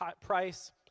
price